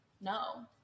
no